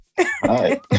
Hi